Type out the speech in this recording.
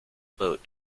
boat